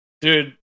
Dude